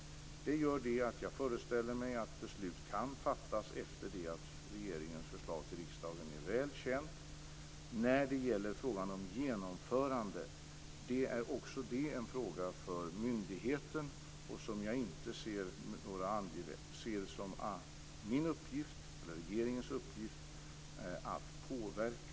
Det gör att jag föreställer mig att beslut kan fattas efter det att regeringens förslag till riksdagen är väl känt. Också frågan om genomförande är en fråga för myndigheten som jag inte ser som min eller regeringens uppgift att påverka.